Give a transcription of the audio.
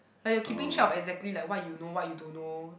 like you're keeping track of exactly like what you know what you don't know